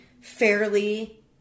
fairly